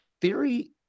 theory